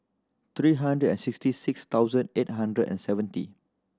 three hundred and sixty six thousand eight hundred and seventy